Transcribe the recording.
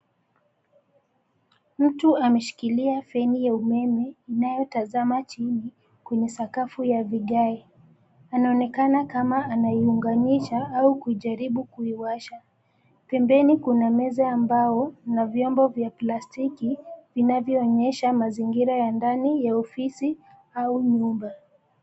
Mtu ameshikilia feni ya umeme, inayotazama chini, kwenye sakafu ya vigae. Anaonekana kama anaiunganisha au kujaribu kuiwasha. Pembeni kuna meza ambayo, mna vyombo vya plastiki, vinavyoonyesha mazingira ya ndani ya ofisi au nyumba.